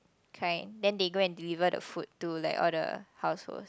kind then they go and deliver the food to like all the households